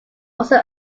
also